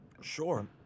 Sure